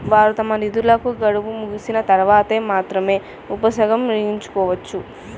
వారు తమ నిధులను గడువు ముగిసిన తర్వాత మాత్రమే ఉపసంహరించుకోవచ్చు